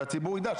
שהציבור יידע.